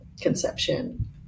conception